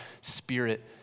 spirit